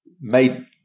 made